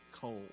cold